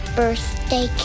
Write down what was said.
birthday